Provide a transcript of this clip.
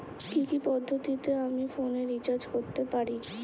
কি কি পদ্ধতিতে আমি ফোনে রিচার্জ করতে পারি?